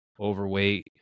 overweight